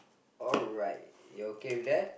alright you okay with that